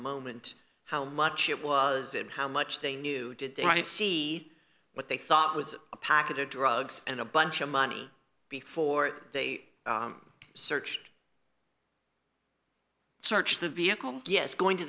moment how much it was and how much they knew did they want to see what they thought with a packet of drugs and a bunch of money before they searched searched the vehicle yes going to